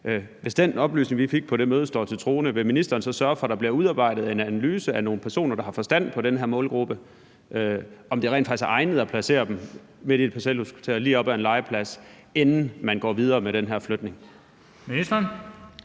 Hvis den oplysning, vi fik på det møde, står til troende, vil ministeren så sørge for, at der bliver udarbejdet en analyse af nogle personer, der har forstand på den her målgruppe, af, om det rent faktisk er egnet at placere dem midt i et parcelhuskvarter lige op ad en legeplads, inden man går videre med den her flytning?